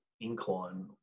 incline